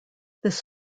this